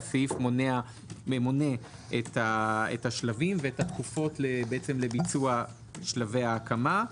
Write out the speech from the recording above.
והסעיף מונה את השלבים ואת התקופות לביצוע שלבי ההקמה.